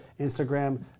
Instagram